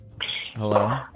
Hello